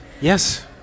Yes